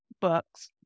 books